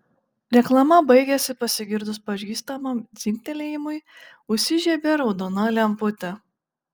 reklama baigėsi pasigirdus pažįstamam dzingtelėjimui užsižiebė raudona lemputė